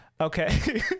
Okay